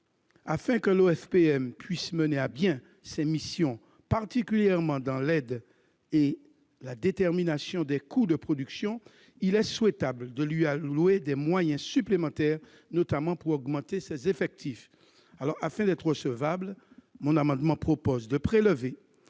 Afin que l'OFPM puisse mener à bien ses missions, particulièrement en matière d'aide à la détermination des coûts de production, il est souhaitable de lui allouer des moyens supplémentaires, notamment pour augmenter ses effectifs. Afin de rendre cet amendement recevable,